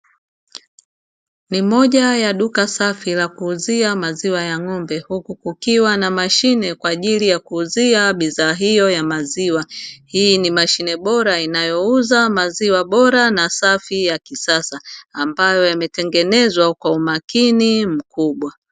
Ni moja ya duka Safi la kuuzia maziwa ya ng'ombe huku kukiwa na mashine kwa ajili ya kuuzia bidhaa hiyo ya maziwa, hii ni mashine bora, inayouza maziwa bora na safi ya kisasa ambayo yametengenezwa kwa umakini mkubwa.